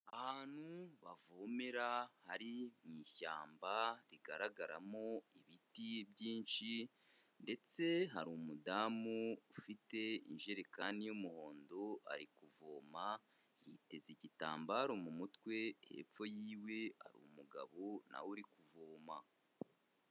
Ahantu bavomera hari mu ishyamba rigaragaramo ibiti byinshi ndetse hari umudamu ufite injerekani y'umuhondo ari kuvoma, yiteze igitambaro mu mutwe, hepfo yiwe umugabo na we uri kuvoma.